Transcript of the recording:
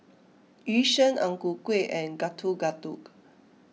Yu Sheng Ang Ku Kueh and Getuk Getuk